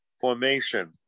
formation